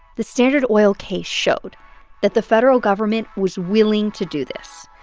the standard oil case showed that the federal government was willing to do this,